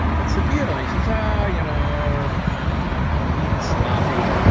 what's the deal? and he says, ah, you know, i'm eating sloppy.